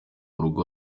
urugo